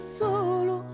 solo